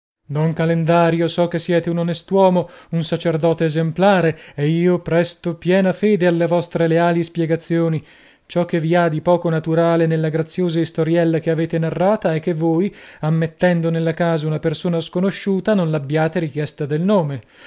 don calendario so che siete un onest'uomo un sacerdote esemplare ed io presto piena fede alle vostre leali spiegazioni ciò che vi ha di poco naturale nella graziosa istoriella che avete narrata è che voi ammettendo nella casa una persona sconosciuta non l'abbiate richiesta del nome